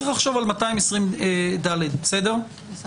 צריך לחשוב על 220ד. בסדר גמור.